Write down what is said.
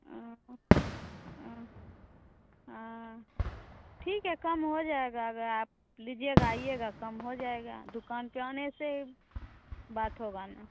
हाँ हाँ हाँ ठीक है कम हो जायेगा अगर आप लीजियेगा आइयेगा कम हो जायेगा दुकान पर आने से ही बात होगा न